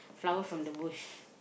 flower from the bush